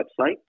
website